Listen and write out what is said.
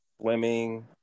swimming